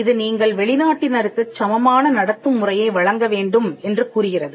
இது நீங்கள் வெளிநாட்டினருக்குச் சமமான நடத்தும் முறையை வழங்க வேண்டும் என்று கூறுகிறது